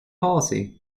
policy